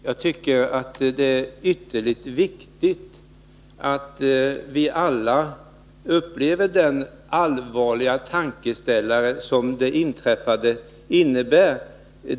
Herr talman! Jag tycker att det är ytterligt viktigt att vi alla upplever den allvarliga tankeställare som det inträffade ger.